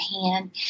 hand